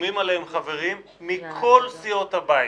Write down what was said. שחתומים עליהן חברים מכל סיעות הבית.